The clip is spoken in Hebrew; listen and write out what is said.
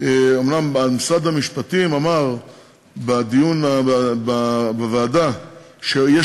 אומנם משרד המשפטים אמר בדיון בוועדה שיש